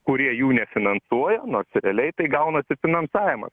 kurie jų nefinansuoja nors realiai tai gaunasi finansavimas